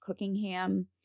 Cookingham